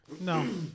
No